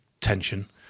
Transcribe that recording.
tension